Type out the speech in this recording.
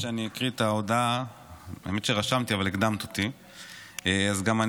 אני קובע כי הצעת חוק התקנת מצלמות לשם הגנה